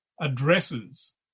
addresses